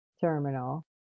terminal